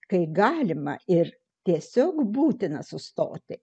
kai galima ir tiesiog būtina sustoti